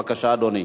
בבקשה, אדוני.